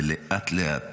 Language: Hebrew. ולאט-לאט,